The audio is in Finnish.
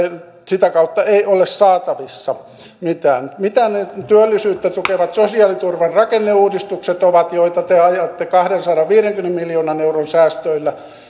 sitä kautta ei ole saatavissa mitään mitä ne työllisyyttä tukevat sosiaaliturvan rakenneuudistukset ovat joita te ajatte kahdensadanviidenkymmenen miljoonan euron säästöillä